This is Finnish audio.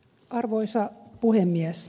arvoisa puhemies